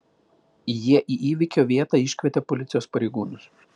jie į įvykio vietą iškvietė policijos pareigūnus